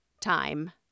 Time